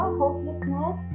hopelessness